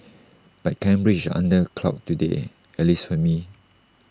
but Cambridge under A cloud today at least for me